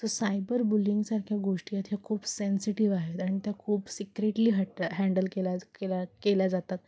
cyber बुलढिंगसारख्या गोष्टी आहेत ह्या खूप सेन्सिटिव्ह आहेत आणि त्या खूप सिक्रेटली हट हँडल केल्या केल्या केल्या जातात